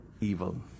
evil